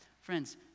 Friends